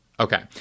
Okay